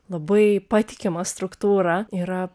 labai patikimą struktūrą yra